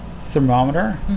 thermometer